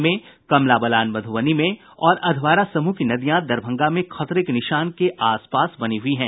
घाघरा नदी सिवान में कमला बलान मधूबनी में और अधवारा समूह की नदियां दरभंगा में खतरे के निशान के आस पास बनी हुई है